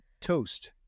toast